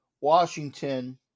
Washington